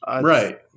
Right